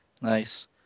Nice